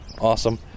awesome